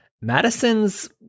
Madison's